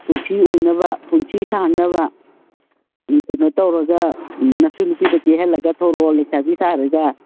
ꯄꯨꯟꯁꯤ ꯁꯥꯡꯅꯕ ꯀꯩꯅꯣ ꯇꯧꯔꯒ ꯅꯁꯨꯅꯨꯄꯤꯗ ꯀꯦꯍꯜꯂꯒ ꯊꯣꯂꯛꯑꯣ ꯂꯩꯁꯥꯕꯤ ꯁꯥꯔꯒ